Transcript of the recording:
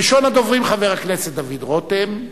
ראשון הדוברים, חבר הכנסת דוד רותם,